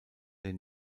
den